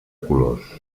colors